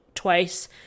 twice